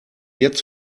jetzt